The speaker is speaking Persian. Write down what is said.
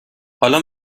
حالا